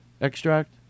extract